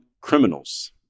criminals